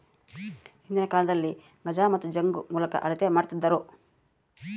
ಹಿಂದಿನ ಕಾಲದಲ್ಲಿ ಗಜ ಮತ್ತು ಜಂಗು ಮೂಲಕ ಅಳತೆ ಮಾಡ್ತಿದ್ದರು